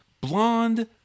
blonde